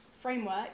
framework